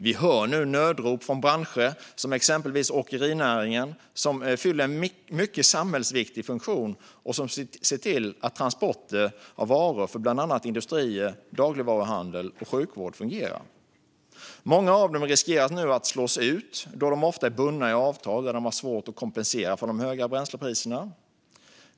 Vi hör nu nödrop från branscher, exempelvis åkerinäringen, som fyller en mycket samhällsviktig funktion och ser till att transporter av varor för bland annat industrier, dagligvaruhandel och sjukvård fungerar. Många av dessa företag riskerar nu att slås ut då de ofta är bundna i avtal där de har svårt att kompensera för de höga bränslepriserna.